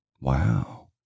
Wow